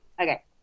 Okay